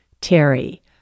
Terry